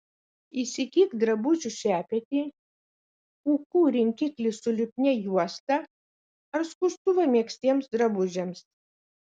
įsigyk drabužių šepetį pūkų rinkiklį su lipnia juosta ar skustuvą megztiems drabužiams